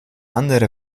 andere